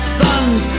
sons